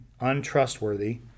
untrustworthy